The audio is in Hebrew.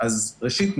אז ראשית,